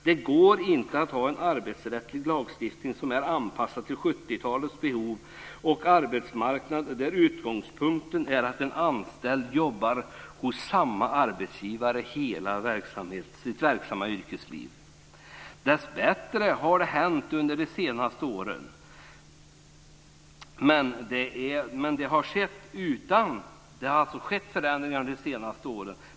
Det går inte att ha en arbetsrättslig lagstiftning som är anpassad till 70-talets behov och arbetsmarknad och där utgångspunkten är att en anställd jobbar hos samma arbetsgivare hela sitt verksamma yrkesliv. Dessbättre har en del hänt under de senaste åren.